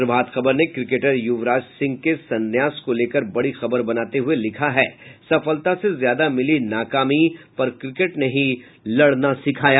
प्रभात खबर ने क्रिकेटर युवराज सिंह के संयास लेने को बड़ी खबर बनाते हुए लिखा है सफलता से ज्यादा मिली नाकामी पर क्रिकेट ने ही लड़ना सिखाया